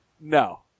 No